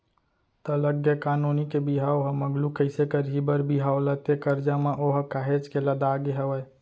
त लग गे का नोनी के बिहाव ह मगलू कइसे करही बर बिहाव ला ते करजा म ओहा काहेच के लदागे हवय